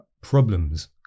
problems